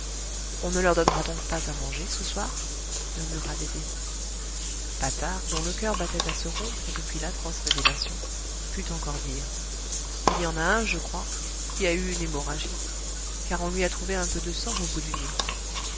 on ne leur donnera donc pas à manger ce soir murmura dédé patard dont le coeur battait à se rompre depuis l'atroce révélation put encore dire il y en a un je crois qui a eu une hémorragie car on lui a trouvé un peu de sang au bout du nez